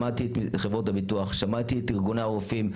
שמעתי את חברות הביטוח, שמעתי את ארגוני הרופאים.